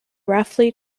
roughly